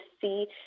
see